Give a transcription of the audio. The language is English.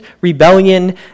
rebellion